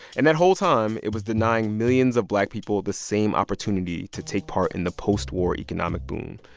and that whole time, it was denying millions of black people the same opportunity to take part in the post-war economic boom.